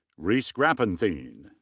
reece grapenthien,